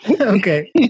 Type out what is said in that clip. Okay